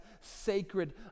sacred